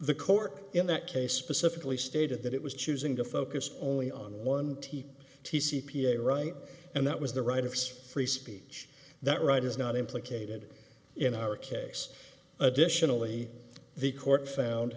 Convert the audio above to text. the court in that case specifically stated that it was choosing to focus only on one t t c p a right and that was the right of free speech that right is not implicated in our case additionally the court found